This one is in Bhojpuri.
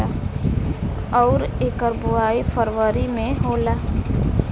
अउर एकर बोवाई फरबरी मे होला